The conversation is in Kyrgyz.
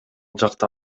жакта